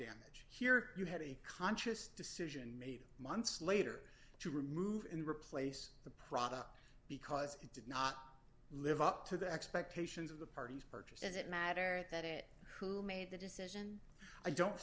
damage here you had a conscious decision made months later to remove and replace the product because it did not live up to the expectations of the parties purchased as it matter that it who made the decision i don't